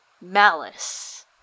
Malice